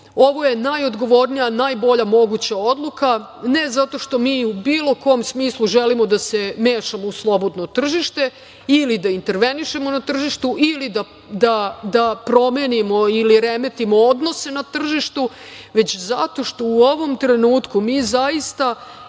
ovo je najodgovornija, najbolja moguća odluka, ne zato što mi u bilo kom smislu želimo da se mešamo u slobodno tržište, ili da intervenišemo na tržištu, ili da promenimo, ili remetimo odnose na tržištu, već zato što u ovom trenutku mi zaista